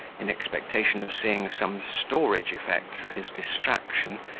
in expectation of seeing some storage effects of his distraction,